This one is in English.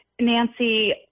nancy